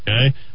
okay